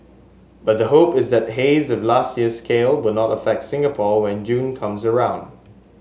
but the hope is that haze of last year's scale will not affect Singapore when June comes around